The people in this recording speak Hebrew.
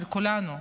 של כולנו,